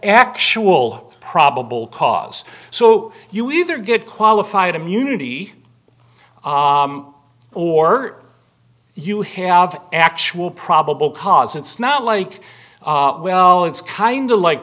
actual probable cause so you either get qualified immunity or you have actual probable cause it's not like well it's kind of like